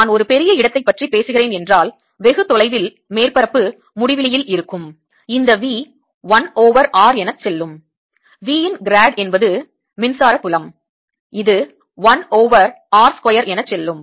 நான் ஒரு பெரிய இடத்தைப் பற்றி பேசுகிறேன் என்றால் வெகு தொலைவில் மேற்பரப்பு முடிவிலி இருக்கும் இந்த V 1 ஓவர் r என செல்லும் V இன் grad என்பது மின்சார புலம் இது 1 ஓவர் r ஸ்கொயர் என செல்லும்